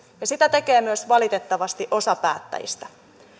ja sitä tekee myös valitettavasti osa päättäjistä